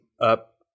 up